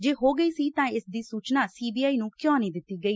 ਜੇ ਹੋ ਗਈ ਸੀ ਤਾ ਇਸ ਦੀ ਸੁਚਨਾ ਸੀ ਬੀ ਆਈ ਨੂੰ ਕਿਊਂ ਨਹੀਂ ਦਿੱਤੀ ਗਈ